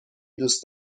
دوس